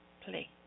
Play